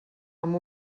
amb